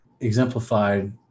exemplified